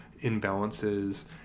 imbalances